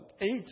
eight